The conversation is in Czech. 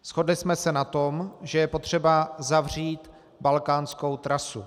Shodli jsme se na tom, že je potřeba uzavřít balkánskou trasu.